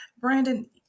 Brandon